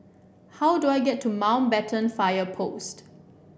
how do I get to Mountbatten Fire Post